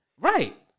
Right